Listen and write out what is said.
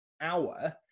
hour